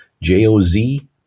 J-O-Z